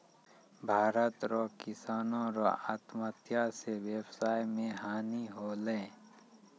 भारत रो किसानो रो आत्महत्या से वेवसाय मे हानी होलै